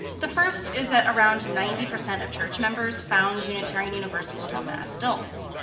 the first is that around ninety percent of church members found unitarian universalism as adults.